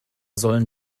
sollen